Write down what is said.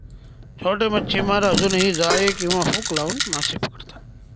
छोटे मच्छीमार अजूनही जाळी किंवा हुक लावून मासे पकडतात